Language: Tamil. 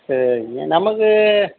சரிங்க நமக்கு